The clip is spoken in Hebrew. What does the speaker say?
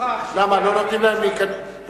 למה, לא נותנים להם לשחק?